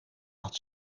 had